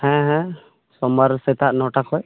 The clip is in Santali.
ᱦᱮᱸ ᱦᱮᱸᱻ ᱥᱚᱢᱵᱟᱨ ᱥᱮᱛᱟᱜ ᱱᱚᱴᱟ ᱠᱷᱚᱱ